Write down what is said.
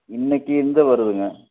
இன்றைக்கி இருந்து வருதுங்க